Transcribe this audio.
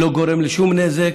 לא גורם לשום נזק.